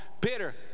bitter